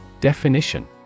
Definition